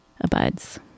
abides